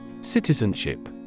Citizenship